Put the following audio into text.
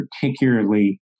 particularly